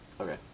Okay